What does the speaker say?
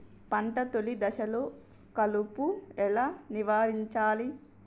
పంట తొలి దశలో కలుపు ఎలా నివారించాలి?